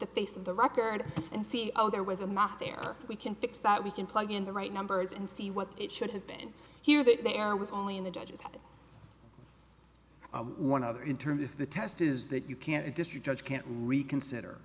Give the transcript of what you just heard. the face of the record and see oh there was a math there we can fix that we can plug in the right numbers and see what it should have been here that there was only in the judges one other internet if the test is that you can't just you judge can't reconsider